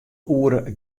oere